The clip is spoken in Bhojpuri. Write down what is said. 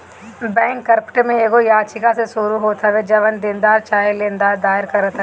बैंककरप्ट में एगो याचिका से शुरू होत हवे जवन देनदार चाहे लेनदार दायर करत हवे